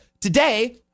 Today